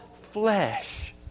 flesh